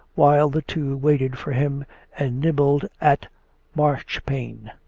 while the two waited for him and nibbled at marchpane.